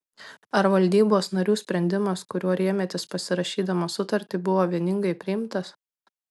ar valdybos narių sprendimas kuriuo rėmėtės pasirašydamas sutartį buvo vieningai priimtas